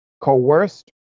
coerced